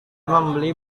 membeli